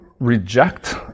reject